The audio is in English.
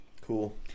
Cool